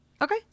Okay